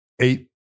Eight